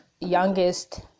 youngest